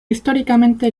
históricamente